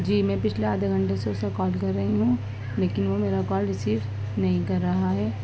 جی میں پچھلے آڈھے گھنٹے سے اس کا کال کر رہی ہوں لیکن وہ میرا کال ریسیو نہیں کر رہا ہے